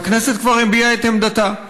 והכנסת כבר הביעה את עמדתה.